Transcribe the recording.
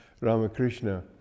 Ramakrishna